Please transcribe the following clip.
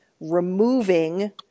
removing